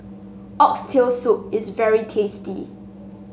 Oxtail Soup is very tasty